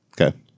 Okay